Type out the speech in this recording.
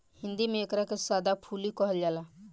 हिंदी में एकरा के सदाफुली कहल जाला